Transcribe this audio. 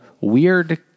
weird